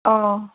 अँ